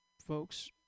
folks